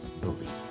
believe